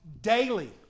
daily